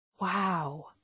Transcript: Wow